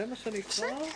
הישיבה ננעלה בשעה